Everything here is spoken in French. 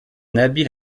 habile